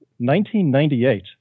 1998